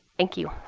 thank you.